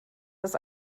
dass